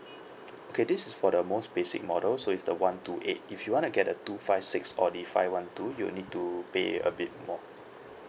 okay this is for the most basic model so is the one two eight if you wanna get a two five six or the five one two you will need to pay a bit more